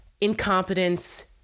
incompetence